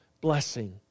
blessing